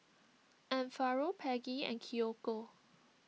Amparo Peggy and Kiyoko